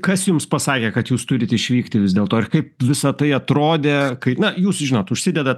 kas jums pasakė kad jūs turit išvykti vis dėlto ir kaip visa tai atrodė kai na jūs žinot užsidedat